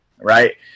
right